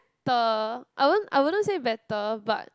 the I won't I wouldn't say better but